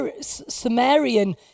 Sumerian